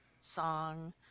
song